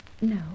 No